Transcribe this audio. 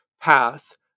path